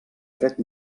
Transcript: dret